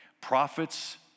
Prophets